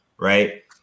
right